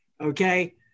Okay